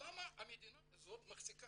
למה המדינה ה זאת מחזיקה